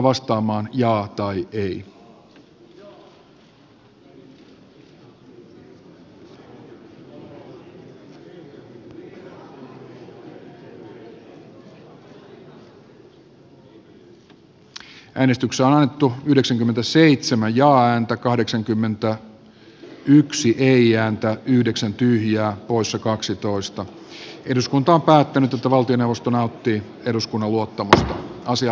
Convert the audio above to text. ensin äänestetään timo soinin ehdotuksesta paavo arhinmäen ehdotusta vastaan tämän jälkeen voittaneesta mauri pekkarisen ehdotusta vastaan ja lopuksi siitä nauttiiko valtioneuvosto eduskunnan luottamusta